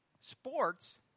Sports